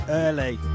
early